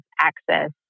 access